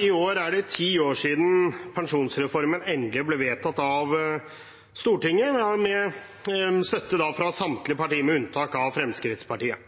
I år er det ti år siden pensjonsreformen endelig ble vedtatt av Stortinget, med støtte fra samtlige partier, unntatt Fremskrittspartiet.